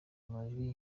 amajwi